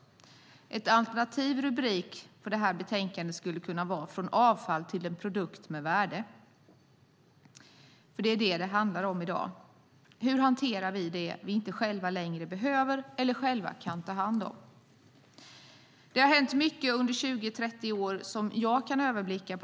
En alternativ rubrik på det här betänkandet skulle kunna vara: Från avfall till en produkt med värde. Det är vad det handlar om i dag. Hur hanterar vi det vi själva inte längre behöver eller kan ta hand om? Det har hänt mycket på det här området under de 20-30 år som jag kan överblicka.